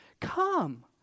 come